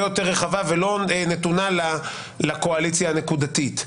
יותר רחבה ולא נתונה לקואליציה הנקודתית.